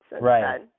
right